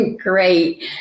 great